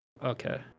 Okay